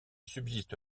subsiste